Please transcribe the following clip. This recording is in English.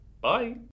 Bye